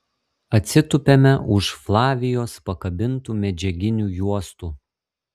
atsitupiame už flavijos pakabintų medžiaginių juostų